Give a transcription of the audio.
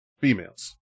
females